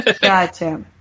Gotcha